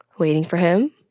waiting for him.